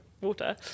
water